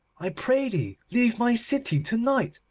i pray thee leave my city to-night,